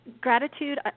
Gratitude